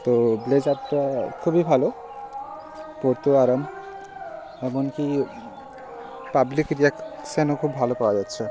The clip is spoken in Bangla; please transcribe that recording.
তো ব্লেজারটা খুবই ভালো পরতেও আরাম এমন কি পাবলিক রিয়াকশ্যানও খুব ভালো পাওয়া যাচ্ছে